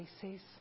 places